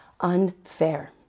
unfair